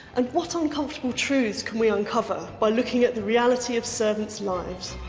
and what uncomfortable truths can we uncover by looking at the reality of servants' lives?